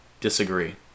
disagree